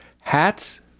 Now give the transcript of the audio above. Hats